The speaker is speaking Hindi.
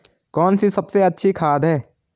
कौन सी सबसे अच्छी खाद है?